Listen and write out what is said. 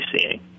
seeing